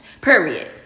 Period